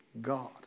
God